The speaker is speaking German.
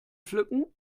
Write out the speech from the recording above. pflücken